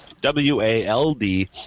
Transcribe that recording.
w-a-l-d